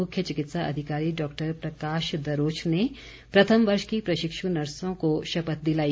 मुख्य चिकित्सा अधिकारी डॉक्टर प्रकाश दरोच ने प्रथम वर्ष की प्रशिक्षु नर्सों को शपथ दिलाई